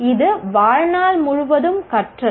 இது வாழ்நாள் முழுவதும் கற்றல்